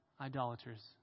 idolaters